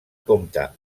compta